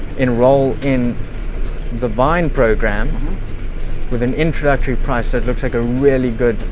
enroll in the vine program with an introductory price that looks like a really good,